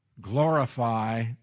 glorify